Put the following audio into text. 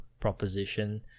proposition